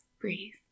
breathe